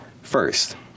First